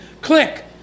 click